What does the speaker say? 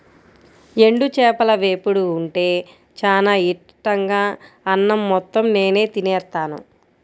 ఎండు చేపల వేపుడు ఉంటే చానా ఇట్టంగా అన్నం మొత్తం నేనే తినేత్తాను